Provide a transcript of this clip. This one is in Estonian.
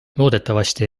loodetavasti